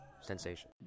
sensation